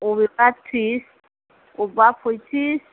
अबेबा थ्रिस अबेबा फयथ्रिस